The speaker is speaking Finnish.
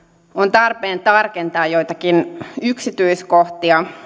on tarpeen tarkentaa joitakin yksityiskohtia